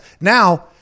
Now